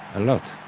a lot.